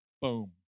boom